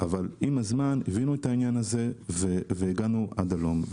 אבל עם הזמן הבינו את העניין הזה והגענו עד הלום.